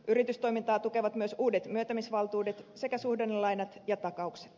yritystoimintaa tukevat myös uudet myöntämisvaltuudet sekä suhdannelainat ja takaukset